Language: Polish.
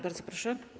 Bardzo proszę.